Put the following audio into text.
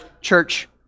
church